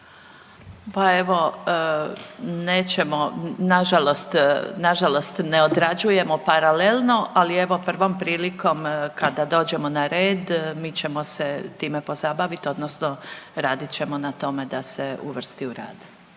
Pa evo, nećemo nažalost, ne odrađuje paralelno, ali evo, prvom prilikom kada dođemo na red, mi ćemo se time pozabaviti odnosno radit ćemo na tome da se uvrsti u rad.